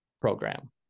program